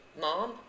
mom